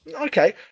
Okay